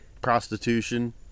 Prostitution